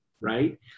right